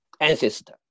ancestor